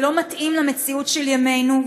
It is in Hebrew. שלא מתאים למציאות של ימינו,